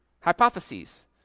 hypotheses